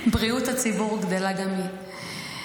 בריאות הציבור גדלה גם היא.